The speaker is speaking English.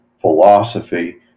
philosophy